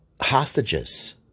hostages